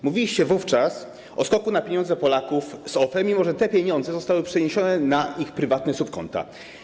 Mówiliście wówczas o skoku na pieniądze Polaków z OFE, mimo że te pieniądze zostały przeniesione na ich prywatne subkonta.